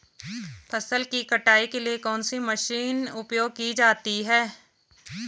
फसल की कटाई के लिए कौन सी मशीन उपयोग की जाती है?